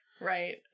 Right